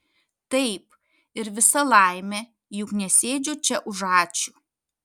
taip ir visa laimė juk nesėdžiu čia už ačiū